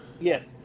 Yes